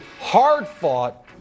hard-fought